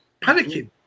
Panicking